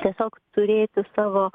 tiesiog turėti savo